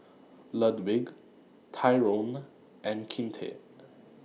Ludwig Tyrone and Kinte